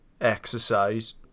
exercise